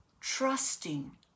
trusting